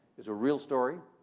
it's a real story,